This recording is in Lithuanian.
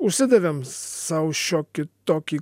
užsidavėm sau šiokį tokį